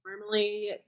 normally